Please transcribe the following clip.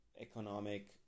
economic